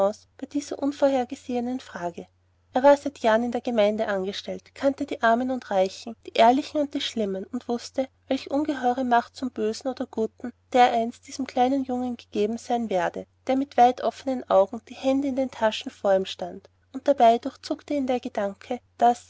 bei dieser unvorhergesehenen frage er war seit jahren in der gemeinde angestellt kannte die armen und reichen die ehrlichen und die schlimmen und wußte welch ungeheure macht zum bösen oder guten dereinst diesem kleinen jungen gegeben sein werde der mit weit offnen augen die hände in den taschen vor ihm stand und dabei durchzuckte ihn der gedanke daß